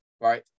right